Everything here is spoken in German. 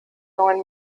neuen